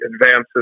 advances